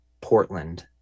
Portland